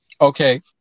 Okay